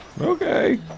Okay